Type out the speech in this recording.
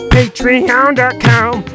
Patreon.com